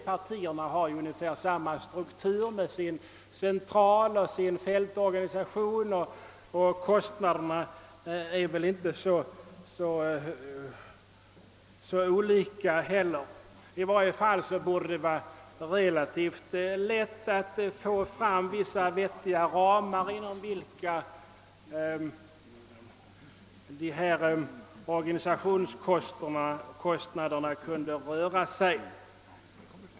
Partierna har ungefär samma struktur med sina centraloch fältorganisationer, och kostnaderna skiljer sig väl inte så mycket. I varje fall borde det vara relativt lätt att få fram vissa vettiga ramar, inom vilka organisationskostnaderna kunde röra sig.